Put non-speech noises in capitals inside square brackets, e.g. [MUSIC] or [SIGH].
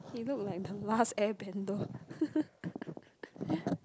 you look like the last air bender [LAUGHS]